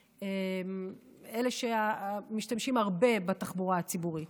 אלה שמשתמשים הרבה בתחבורה הציבורית.